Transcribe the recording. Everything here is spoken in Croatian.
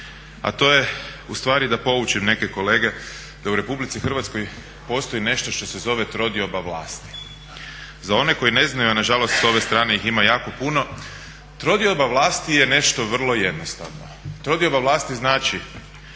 a to je ustvari da poučim neke kolege da u RH postoji nešto što se zove trodioba vlasti. Za one koji ne znaju, a nažalost s ove strane ih ima jako puno, trodioba vlasti je nešto vrlo jednostavno. Trodioba vlasti znači